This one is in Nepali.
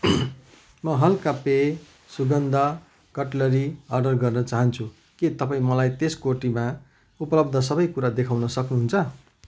म हल्का पेय सुगन्ध कटलरी अर्डर गर्न चाहन्छु के तपाईँ मलाई त्यस कोटीमा उपलब्ध सबै कुरा देखाउन सक्नुहुन्छ